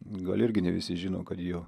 gal irgi ne visi žino kad jo